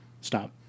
stop